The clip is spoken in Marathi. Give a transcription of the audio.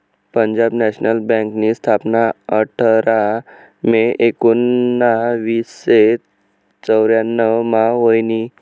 पंजाब नॅशनल बँकनी स्थापना आठरा मे एकोनावीसशे चौर्यान्नव मा व्हयनी